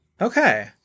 okay